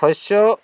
শস্য